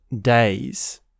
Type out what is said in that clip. days